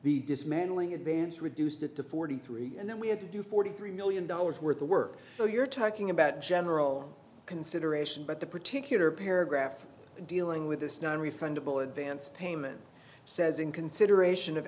the dismantling advance reduced it to forty three and then we had to do forty three million dollars worth of work so you're talking about general consideration but the particular paragraph dealing with this nonrefundable advance payment says in consideration of